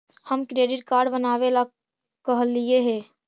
हम credit card बनावे ला कहलिऐ हे?